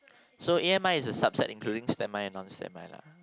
so A_M_I is a subset inducing stemi and non stemi lah